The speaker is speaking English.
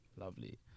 Lovely